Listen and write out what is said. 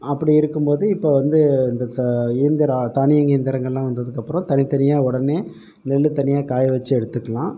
அப்படி இருக்கும்போது இப்போ வந்து இந்த இயந்திரம் தானியங்கி இயந்திரங்களெலாம் வந்ததுக்கப்புறம் தனித்தனியாக உடனே நெல் தனியாக காயவச்சு எடுத்துக்கலாம்